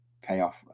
payoff